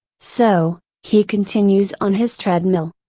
so, he continues on his treadmill.